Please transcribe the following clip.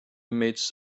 midst